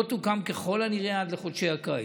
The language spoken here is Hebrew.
לא תוקם ככל הנראה עד לחודשי הקיץ.